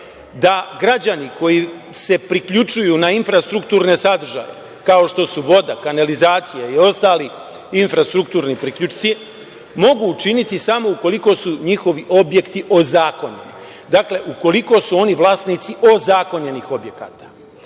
da građani koji se priključuju na infrastrukturne sadržaje kao što su voda, kanalizacija i ostali infrastrukturni priključci, mogu učiniti samo ukoliko su njihovi objekti ozakonjeni. Dakle, ukoliko su oni vlasnici ozakonjenih objekata. Takav